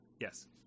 Yes